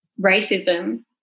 racism